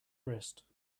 wrist